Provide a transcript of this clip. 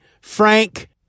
Frank